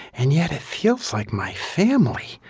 and yet, it feels like my family!